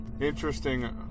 interesting